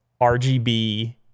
RGB